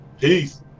Peace